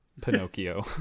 pinocchio